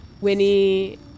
Winnie